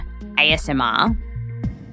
ASMR